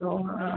તો